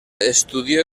estudió